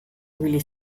ibili